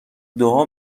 دعا